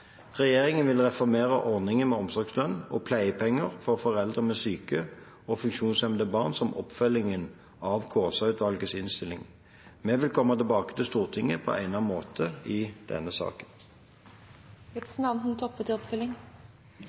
Regjeringen vil reformere ordningene med omsorgslønn og pleiepenger for foreldre med syke og funksjonshemmede barn som oppfølging av Kaasa-utvalgets innstilling. Vi vil komme tilbake til Stortinget på egnet måte i denne